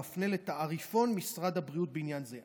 המפנה לתעריפון משרד הבריאות בעניין זה.